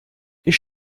ich